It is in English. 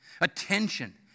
attention